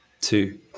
two